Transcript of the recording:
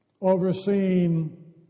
overseeing